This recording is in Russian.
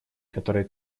которые